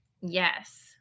Yes